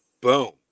boom